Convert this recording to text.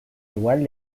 igual